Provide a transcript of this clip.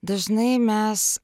dažnai mes